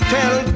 Tell